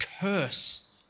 curse